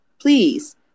Please